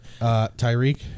Tyreek